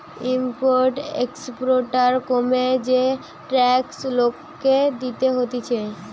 import exporter কামে যে tax লোককে দিতে হতিছে